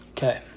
Okay